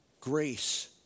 Grace